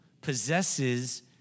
possesses